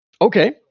Okay